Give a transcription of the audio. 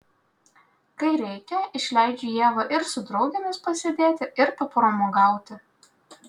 kai reikia išleidžiu ievą ir su draugėmis pasėdėti ir papramogauti